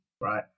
right